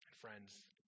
Friends